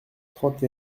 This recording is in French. trente